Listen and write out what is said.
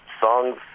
songs